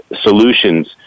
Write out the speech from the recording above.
solutions